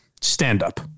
stand-up